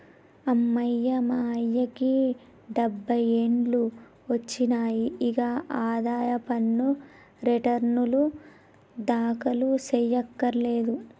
అమ్మయ్య మా అయ్యకి డబ్బై ఏండ్లు ఒచ్చినాయి, ఇగ ఆదాయ పన్ను రెటర్నులు దాఖలు సెయ్యకర్లేదు